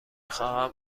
خواهم